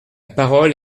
parole